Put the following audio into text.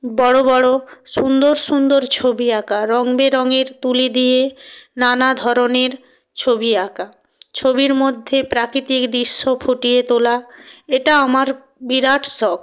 বড়ো বড়ো সুন্দর সুন্দর ছবি আঁকা রঙ বেরঙের তুলি দিয়ে নানা ধরনের ছবি আঁকা ছবির মধ্যে প্রাকৃতিক দৃশ্য ফুটিয়ে তোলা এটা আমার বিরাট শখ